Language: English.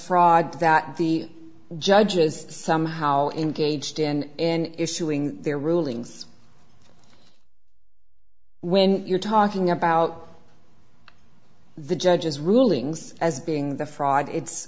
fraud that the judge is somehow in gauged in issuing their rulings when you're talking about the judge's rulings as being the fraud it's